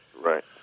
Right